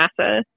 NASA